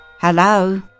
Hello